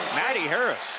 maddie harris.